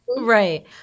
Right